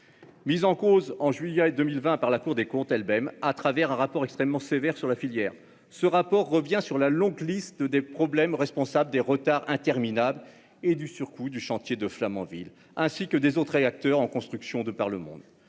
cause au mois de juillet 2020 par la Cour des comptes elle-même, au travers d'un rapport extrêmement sévère sur la filière. Ce rapport revient sur la longue liste des problèmes responsables des retards interminables et du surcoût du chantier de Flamanville, ainsi que des autres réacteurs en construction de par le monde.